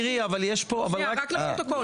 רק לפרוטוקול.